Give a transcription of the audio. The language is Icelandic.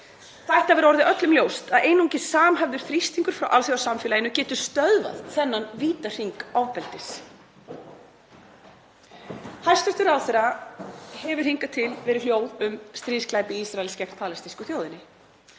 ætti að vera orðið öllum ljóst að einungis samhæfður þrýstingur frá alþjóðasamfélaginu getur stöðvað þennan vítahring ofbeldis. Hæstv. ráðherra hefur hingað til verið hljóð um stríðsglæpi Ísraels gegn palestínsku þjóðinni.